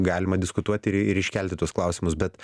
galima diskutuoti ir ir iškelti tuos klausimus bet